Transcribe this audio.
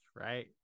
right